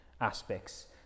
aspects